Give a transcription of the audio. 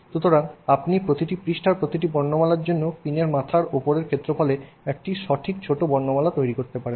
সুতরাং আপনি প্রতিটি পৃষ্ঠার প্রতিটি বর্ণমালার জন্য পিনের মাথার উপরের ক্ষেত্রফলে একটি সঠিক ছোট বর্ণমালা তৈরি করতে পারেন